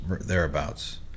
thereabouts